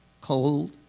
cold